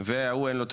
והוא אין לו תעודה,